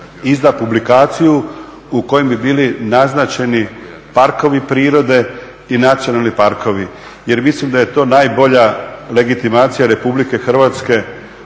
izda publikaciju u kojem bi bili naznačeni parkovi prirode i nacionalni parkovi. Jer mislim da je to najbolja legitimacija Republike Hrvatske